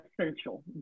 essential